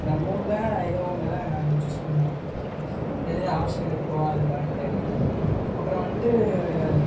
நம்ம ஊரில் ஏதோ ஒன்று தான் நான் சூஸ் பண்ணுவேன் எது எது ஆப்ஷன் இருக்கோ அது பார்த்துட்டு